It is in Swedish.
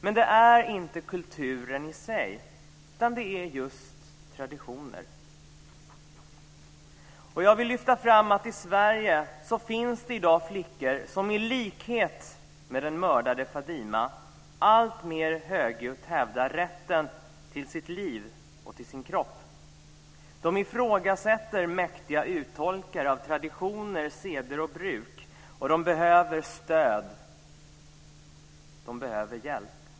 Men det är inte kulturen i sig, utan det är just traditioner. Jag vill lyfta fram att det i Sverige i dag finns flickor som i likhet med den mördade Fadime alltmer högljutt hävdar rätten till sitt liv och sin kropp. De ifrågasätter mäktiga uttolkare av traditioner, seder och bruk, och de behöver stöd och hjälp.